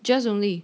just only